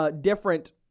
different